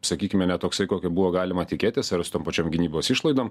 sakykime ne toksai kokio buvo galima tikėtis ar su tom pačiom gynybos išlaidom